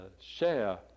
share